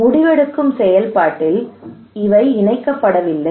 முடிவெடுக்கும் செயல்பாட்டில் இவை இணைக்கப்படவில்லை